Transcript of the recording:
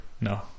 no